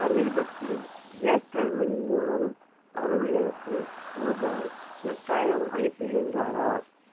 சமீபத்தில் Airtel money மூலம் அருள் எனக்கு ரூபாய் எட்டாயிரம் அனுப்பியிருந்தாரா